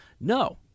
No